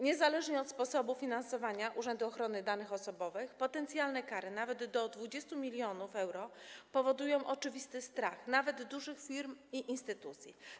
Niezależnie od sposobu finansowania Urzędu Ochrony Danych Osobowych potencjalne kary, do 20 mln euro, powodują oczywisty strach nawet dużych firm i instytucji.